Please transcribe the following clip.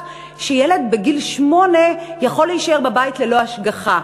שילד בגיל שמונה יכול להישאר בבית ללא השגחה.